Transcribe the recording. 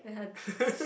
(uh huh)